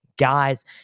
Guys